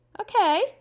okay